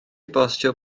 bostio